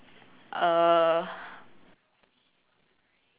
uh